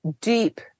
deep